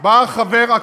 אבטלה,